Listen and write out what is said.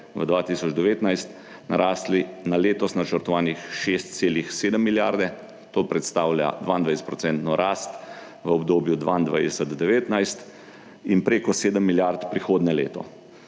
v 2019 narastli na letos načrtovanih 6,7 milijarde. To predstavlja 22 % rast v obdobju 2022, 2019 in preko 7 milijard prihodnje leto.